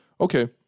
Okay